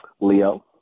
Leo